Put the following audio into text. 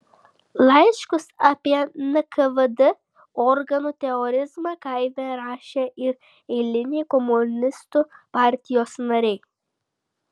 laiškus apie nkvd organų terorizmą kaime rašė ir eiliniai komunistų partijos nariai